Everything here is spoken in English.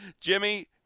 Jimmy